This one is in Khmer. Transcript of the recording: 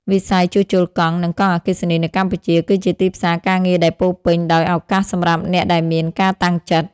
វិស័យជួសជុលកង់ និងកង់អគ្គិសនីនៅកម្ពុជា គឺជាទីផ្សារការងារដែលពោរពេញដោយឱកាសសម្រាប់អ្នកដែលមានការតាំងចិត្ត។